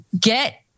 get